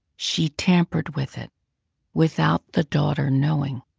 she tampered with it without the daughter knowing.